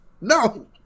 no